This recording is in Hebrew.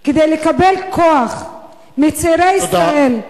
כל חברי הכנסת כדי לקבל כוח מצעירי ישראל,